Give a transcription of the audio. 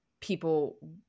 people